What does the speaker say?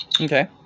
Okay